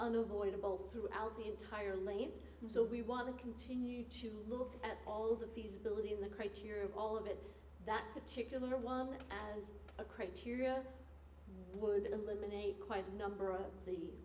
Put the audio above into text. unavoidable throughout the entire lanes so we want to continue to look at all the feasibility in the criteria all of it that particular one as a criteria would eliminate quite a number of the